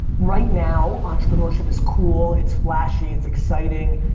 right now, entrepreneurship is cool, it's flashy, it's exciting,